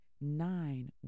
nine